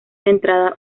centrada